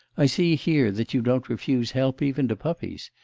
i see here that you don't refuse help even to puppies,